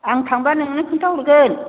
आं थांब्ला नोंनो खोन्थाहरगोन